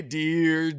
dear